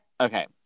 Okay